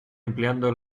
empleando